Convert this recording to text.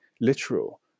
literal